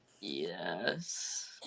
Yes